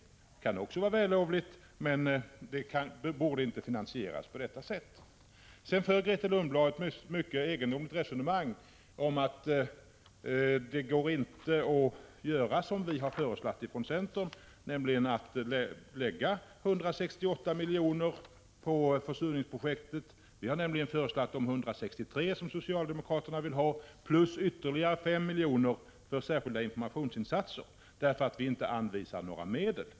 Det kan också vara vällovligt, men forskning borde inte finansieras på det sättet. Sedan för Grethe Lundblad ett mycket egendomligt resonemang om att det inte går att göra som vi föreslagit från centerpartiet, nämligen att lägga 168 miljoner på försurningsprojektet. Vi har föreslagit de 163 miljoner som socialdemokraterna vill ha plus ytterligare 5 miljoner för särskilda informationsinsatser därför att vi inte anvisar några medel.